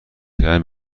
کردن